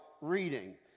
reading